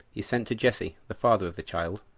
he sent to jesse, the father of the child,